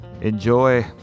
Enjoy